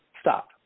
Stop